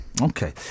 Okay